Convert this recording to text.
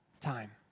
time